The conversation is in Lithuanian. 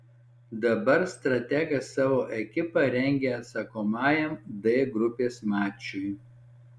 dabar strategas savo ekipą rengia atsakomajam d grupės mačui